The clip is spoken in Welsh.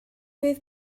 fydd